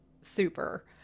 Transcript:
super